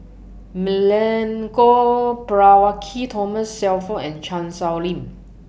Milenko Prvacki Thomas Shelford and Chan Sow Lin